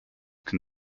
can